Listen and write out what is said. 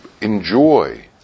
enjoy